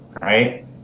right